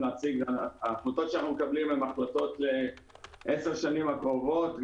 ההחלטות שאנחנו מקבלים הן החלטות לעשר השנים הקרובות.